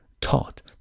taught